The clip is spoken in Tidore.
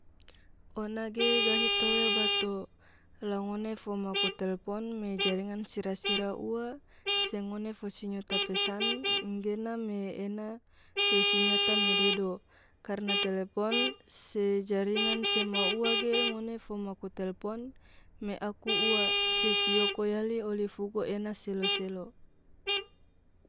ona ge gahi tower bato, la ngone fo maku telpon me jaringan sira sira ua, se ngone fo sinyo pesan geena me ena yo sinyota me dedo. karna telepon se jaringan sema ua ge ngone fo maku telpon me aku ua, se sioko yali oli fugu ena selo selo.